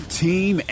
team